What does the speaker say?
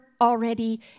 already